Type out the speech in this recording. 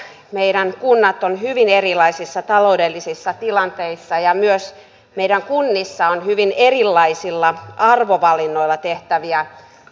selvää on että meidän kunnat ovat hyvin erilaisissa taloudellisissa tilanteissa ja myös meidän kunnissa on hyvin erilaisilla arvovalinnoilla tehtäviä päätöksiä